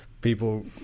people